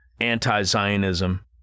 anti-Zionism